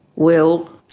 will,